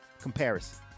comparison